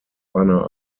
einer